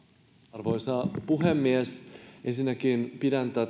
arvoisa puhemies ensinnäkin pidän tätä